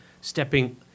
stepping